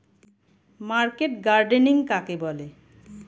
Market gardening কাকে বলে?